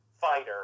fighter